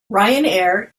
ryanair